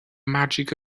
magic